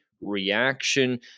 reaction